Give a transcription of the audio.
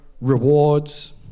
rewards